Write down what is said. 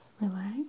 relax